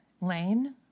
Lane